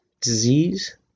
disease